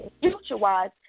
future-wise